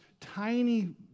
tiny